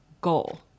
goal